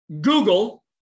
Google